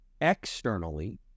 externally